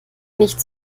nicht